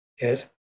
Yes